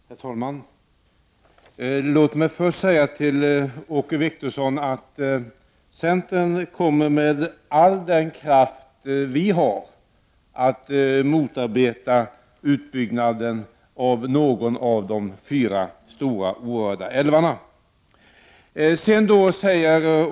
Herr talman! Låt mig först säga till Åke Wictorsson att centern med all sin kraft kommer att motarbeta en utbyggnad av någon av de fyra stora, orörda älvarna i landet.